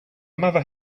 mother